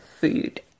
food